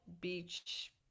beach